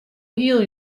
hiel